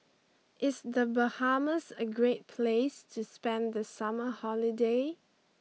is the Bahamas a great place to spend the summer holiday